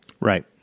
Right